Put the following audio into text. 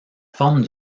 forme